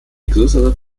größere